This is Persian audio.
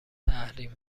تحریم